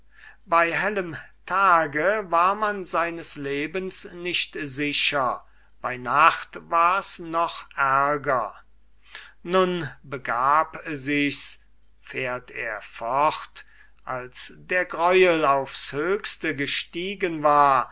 bei hellem tage war man seines lebens nicht sicher bei nacht wars noch ärger nun begab sichs fährt er fort als der greuel aufs höchste gestiegen war